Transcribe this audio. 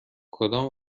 کدام